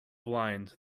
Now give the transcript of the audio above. blind